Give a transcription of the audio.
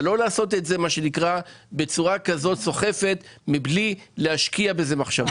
אבל לא לעשות את זה בצורה כזאת סוחפת מבלי להשקיע בזה מחשבה.